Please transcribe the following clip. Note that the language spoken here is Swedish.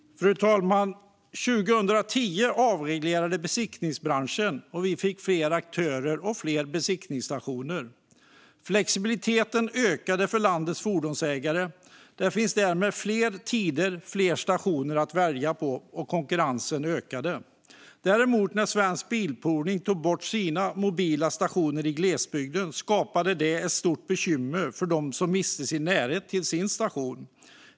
Fru talman! År 2010 avreglerades besiktningsbranschen, och vi fick fler aktörer och fler besiktningsstationer. Flexibiliteten ökade för landets fordonsägare. Det finns nu fler tider och fler stationer att välja på. Även konkurrensen ökade. När Svensk Bilprovning tog bort sina mobila stationer i glesbygden skapade det däremot ett stort bekymmer för dem som miste närheten till sin station.